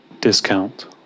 discount